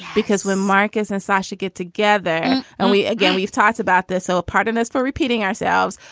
because when marcus and sasha get together and we again, we've talked about this, so a part of this for repeating ourselves.